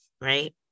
right